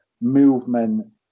movement